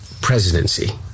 presidency